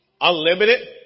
unlimited